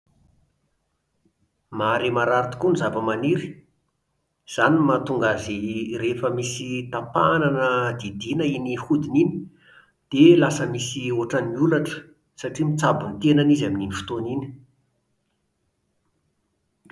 Mahare maharary tokoa ny zavamaniry. Izany no mahatonga azy rehefa misy tapahana na didiana iny hodiny iny dia lasa misy hotran'ny olatra satria mitsabo ny tenany izy amin'iny fotoana iny,